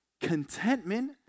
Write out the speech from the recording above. Contentment